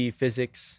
physics